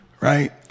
Right